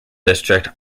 district